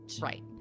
right